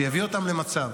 שיביא אותם למצב